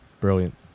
Brilliant